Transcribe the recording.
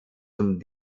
zum